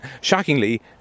shockingly